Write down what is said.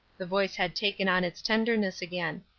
the voice had taken on its tenderness again.